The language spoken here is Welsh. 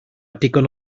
digon